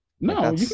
no